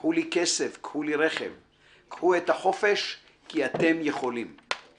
קחו לי כסף / קחו לי רכב / קחו את החופש / כי אתם יכולים //